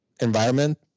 environment